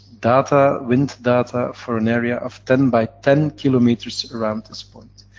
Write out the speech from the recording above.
data, wind data, for an area of ten by ten kilometers around this point.